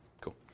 Cool